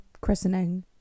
christening